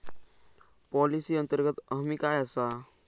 Policy अंतर्गत हमी काय आसा?